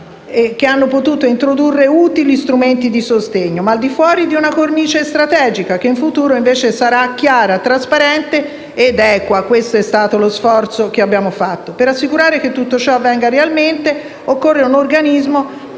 che hanno potuto introdurre utili strumenti di sostegno, ma al di fuori di una cornice strategica che in futuro invece sarà chiara, trasparente ed equa. Questo è stato lo sforzo che abbiamo fatto. Per assicurare che tutto ciò avvenga realmente, occorre un organismo